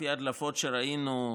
לפי ההדלפות שראינו,